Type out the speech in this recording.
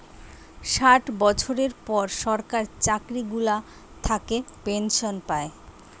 ষাট বছরের পর সরকার চাকরি গুলা থাকে পেনসন পায়